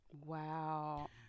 Wow